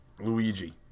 Luigi